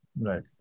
Right